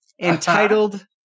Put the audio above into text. entitled